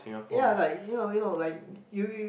ya like you know you know like you you